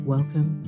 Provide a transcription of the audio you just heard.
Welcome